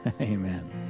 amen